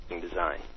design